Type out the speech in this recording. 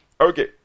Okay